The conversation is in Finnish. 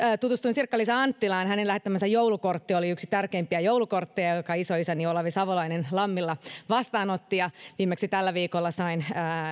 tutustuin sirkka liisa anttilaan hänen lähettämänsä joulukortti oli yksi tärkeimpiä joulukortteja joita isoisäni olavi savolainen lammilla vastaanotti ja viimeksi tällä viikolla sain